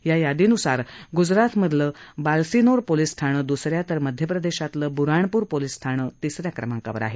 या यादीनुसार गुजरातमधलं बालसिनोर पोलीस ठाणं दुसऱ्या तर मध्यप्रदेशातलं बुरहानपूर पोलीस ठाणं तिसऱ्या क्रमांकावर आहे